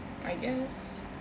I guess